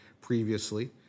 previously